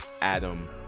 adam